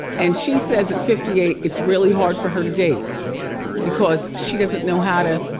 and she says at fifty eight it's really hard for her to date because she doesn't know how to.